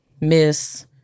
Miss